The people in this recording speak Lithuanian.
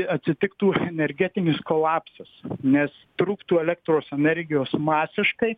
atsitiktų energetinis kolapsas nes trūktų elektros energijos masiškai